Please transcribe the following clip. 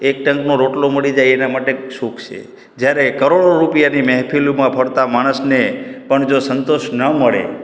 એક ટંકનો રોટલો મળી જાય એ એના માટે સુખ છે જયારે કરોડો રુપિયાની મેહફીલમાં ફરતા માણસને પણ જો સંતોષ ના મળે